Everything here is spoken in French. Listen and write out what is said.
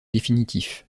définitif